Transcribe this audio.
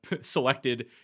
selected